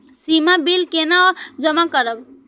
सीमा bill केना जमा करब?